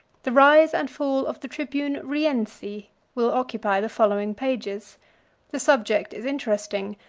the rise and fall of the tribune rienzi will occupy the following pages the subject is interesting,